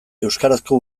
euskarazko